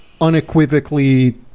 unequivocally